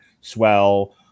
swell